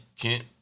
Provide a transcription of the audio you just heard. Kent